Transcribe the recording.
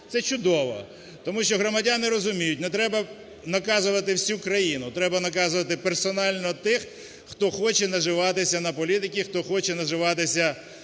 Це чудово, тому що громадяни розуміють, не треба наказувати всю країну, треба наказувати персонально тих, хто хоче наживатися на політиці, хто хоче наживатися на своїх